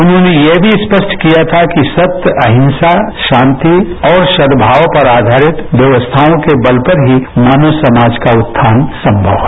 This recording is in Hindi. उन्होंने यह भी स्पष्ट किया था कि सत्य अहिंसा शांति और सद्भाव पर आधारित व्यवस्थाओं के बल पर ही मानव समाज का उत्थान संभव है